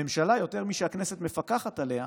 הממשלה, יותר משהכנסת מפקחת עליה,